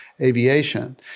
Aviation